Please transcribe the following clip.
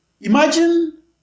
Imagine